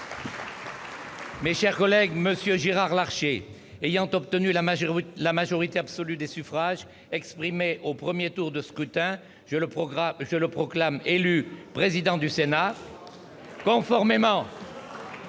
: 15 voix. M. Gérard Larcher ayant obtenu la majorité absolue des suffrages exprimés au premier tour de scrutin, je le proclame président du Sénat. Conformément